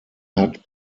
hat